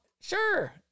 Sure